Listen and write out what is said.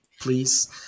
please